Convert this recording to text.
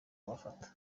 kubafata